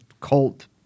cult